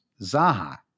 Zaha